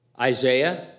Isaiah